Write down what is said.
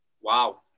Wow